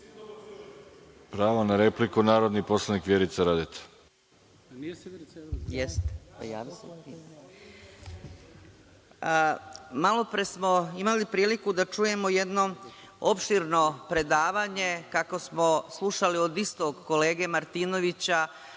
Dobro. Pravo na repliku Vjerica Radeta. **Vjerica Radeta** Malopre smo imali priliku da čujemo jedno opširno predavanje, kakvo smo slušali od istog kolege Martinovića,